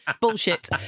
bullshit